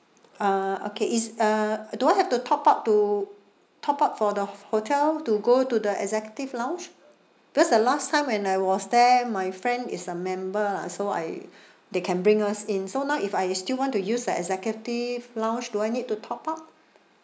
uh okay is uh do I have to top up to top up for the hotel to go to the executive lounge because the last time when I was there my friend is a member lah so I they can bring us in so now if I still want to use the executive lounge do I need to top up